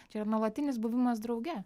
čia yra nuolatinis buvimas drauge